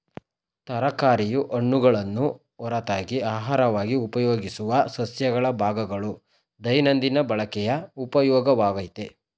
ತರಕಾರಿಯು ಹಣ್ಣುಗಳನ್ನು ಹೊರತಾಗಿ ಅಹಾರವಾಗಿ ಉಪಯೋಗಿಸುವ ಸಸ್ಯಗಳ ಭಾಗಗಳು ದೈನಂದಿನ ಬಳಕೆಯ ಉಪಯೋಗವಾಗಯ್ತೆ